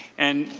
and